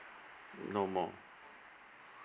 no more